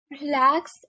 relax